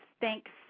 thanks